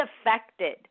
affected